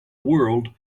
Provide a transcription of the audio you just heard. world